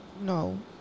No